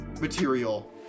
material